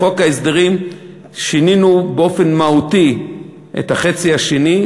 בחוק ההסדרים שינינו באופן מהותי את החצי השני,